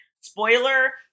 Spoiler